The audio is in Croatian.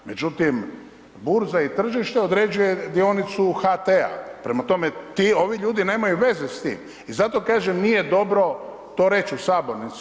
Međutim, burza i tržište određuje dionicu HT-a, prema tome ti, ovi ljudi nemaju veze s tim i zato kažem nije dobro to reći u sabornici.